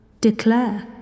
Declare